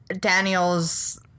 Daniel's